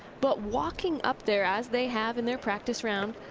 but walking up there as they have in their practice round,